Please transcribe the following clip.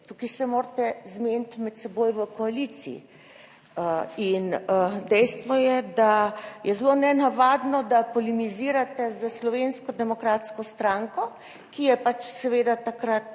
Tukaj se morate zmeniti med seboj v koaliciji. Dejstvo je, da je zelo nenavadno, da polemizirate s Slovensko demokratsko stranko, ki je pač seveda takrat,